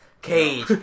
Cage